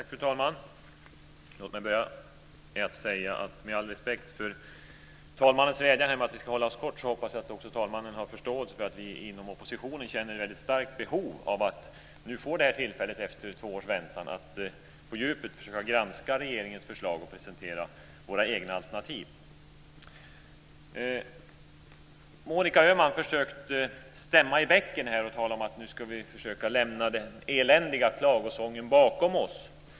Fru talman! Låt mig först, med all respekt för talmannens vädjan om att vi ska vara kortfattade, säga att jag hoppas att talmannen har förståelse för att vi inom oppositionen känner ett väldigt starkt behov av att efter två års väntan använda det här tillfället till att på djupet granska regeringens förslag och presentera våra egna alternativ. Monica Öhman ville stämma i bäcken och talade om att vi nu ska försöka lämna den eländiga klagosången bakom oss.